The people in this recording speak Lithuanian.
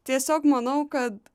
tiesiog manau kad